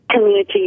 community